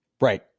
Right